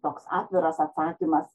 toks atviras atsakymas